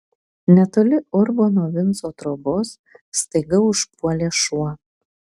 netoli urbono vinco trobos staiga užpuolė šuo